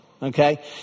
Okay